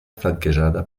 flanquejada